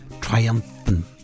Triumphant